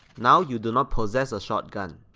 now you do not possess a shotgun.